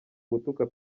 gutuka